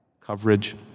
coverage